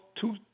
two